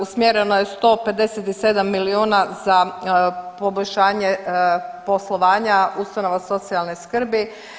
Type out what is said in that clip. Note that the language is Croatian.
Usmjereno je 157 milijuna za poboljšanje poslovanja ustanova socijalne skrbi.